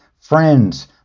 friends